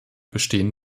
bestehen